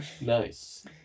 Nice